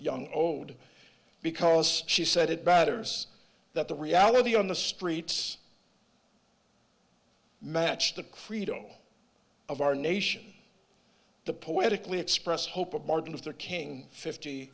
young owed because she said it batters that the reality on the streets matched the credo of our nation the poetically expressed hope of martin luther king fifty